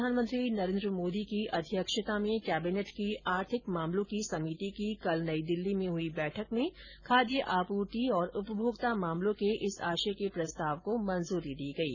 प्रधानमंत्री नरेन्द्र मोदी की अध्यक्षता में कैबिनेट की आर्थिक मामलों की समिति की कल नई दिल्ली में हुई बैठक में खाद्य आपूर्ति और उपमोक्ता मामलों के इस आशय के प्रस्ताव को मंजूरी दी गयी